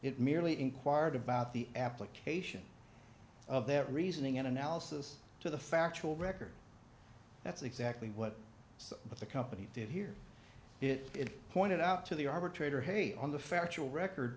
it merely inquired about the application of that reasoning and analysis to the factual record that's exactly what but the company did hear it pointed out to the arbitrator hey on the factual record